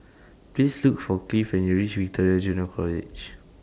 Please Look For Cleave when YOU REACH Victoria Junior College